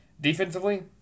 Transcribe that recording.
Defensively